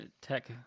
tech